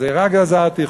גזירה גזרתי,